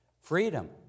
freedom